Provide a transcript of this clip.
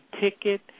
ticket